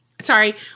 Sorry